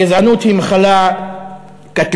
גזענות היא מחלה קטלנית,